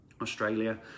Australia